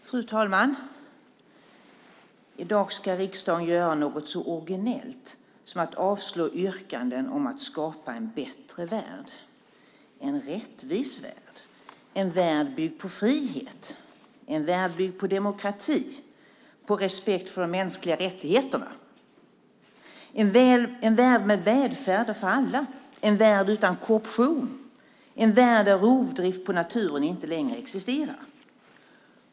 Fru talman! I dag ska riksdagen göra något så originellt som att avslå yrkanden om att skapa en bättre värld, en rättvis värld, en värld byggd på frihet, en värld byggd på demokrati och på respekt för de mänskliga rättigheterna, en värld med välfärd för alla, en värld utan korruption, en värld där rovdrift på naturen inte längre existerar.